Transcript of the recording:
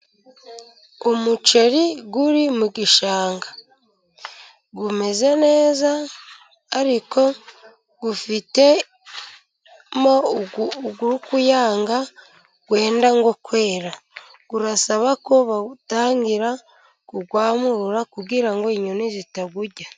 Umuceri uri mu gishanga umeze neza, ariko ufitemo uwuri kuyanga wenda nko kwera, urasaba ko bawutangira kuwamurura, kugira ngo inyoni zitawujya.